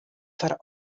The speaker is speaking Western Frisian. foar